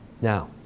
Now